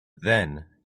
then